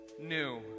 new